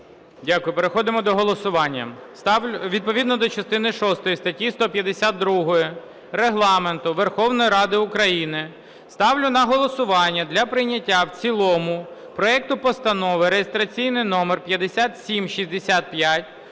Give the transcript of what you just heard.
Дякую. Переходимо до голосування. Відповідно до частини шостої статті 152 Регламенту Верховної Ради України ставлю на голосування для прийняття в цілому проекту Постанови (реєстраційний номер 5765)